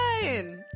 fine